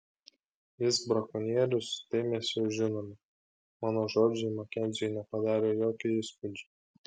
jis brakonierius tai mes jau žinome mano žodžiai makenziui nepadarė jokio įspūdžio